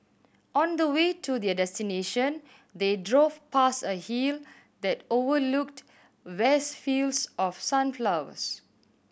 on the way to their destination they drove past a hill that overlooked vast fields of sunflowers